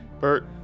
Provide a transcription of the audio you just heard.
Bert